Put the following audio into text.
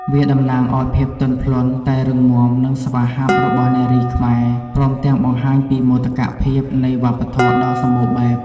វាតំណាងឱ្យភាពទន់ភ្លន់ តែរឹងមាំ និងស្វាហាប់របស់នារីខ្មែរ ព្រមទាំងបង្ហាញពីមោទកភាពនៃវប្បធម៌ដ៏សម្បូរបែប។